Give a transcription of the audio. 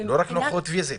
לא רק נוכחות פיזית.